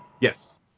Yes